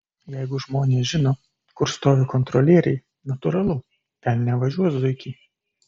jeigu žmonės žino kur stovi kontrolieriai natūralu ten nevažiuos zuikiai